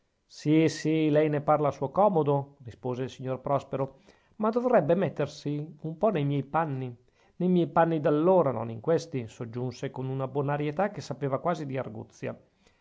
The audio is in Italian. sì sì lei ne parla a suo comodo rispose il signor prospero ma dovrebbe mettersi un po ne miei panni ne miei panni d'allora non in questi soggiunse con una bonarietà che sapeva quasi di arguzia